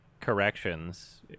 corrections